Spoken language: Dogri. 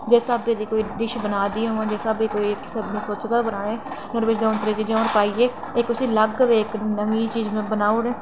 जिस स्हाबै दी कोई डिश बनादी होङ जिस स्हाबै दी में सोचे दा हा बनाने ई में दंऊ त्रैऽ चीज़ां पाइयै में इक्क अलग गै नमीं चीज़ बनाई ओड़ां